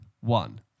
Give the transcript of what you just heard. one